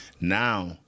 Now